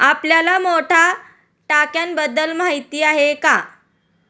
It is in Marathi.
आपल्याला मोठ्या टाक्यांबद्दल माहिती आहे का?